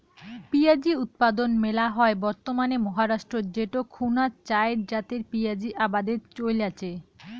পিঁয়াজী উৎপাদন মেলা হয় বর্তমানে মহারাষ্ট্রত যেটো খুনা চাইর জাতের পিয়াঁজী আবাদের চইল আচে